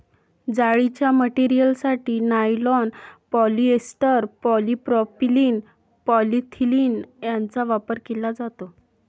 जाळीच्या मटेरियलसाठी nylon, polyester, polypropylene, polyethylene यांचा वापर केला जातो